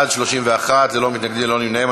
בעד 31, אין מתנגדים, אין נמנעים.